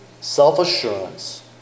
self-assurance